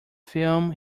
film